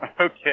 Okay